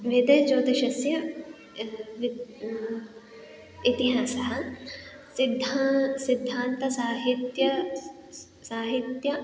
वेदे ज्योतिषस्य यत् वित् इतिहासः सिद्धं सिद्धान्तसाहित्यं स् स् साहित्यं